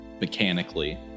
mechanically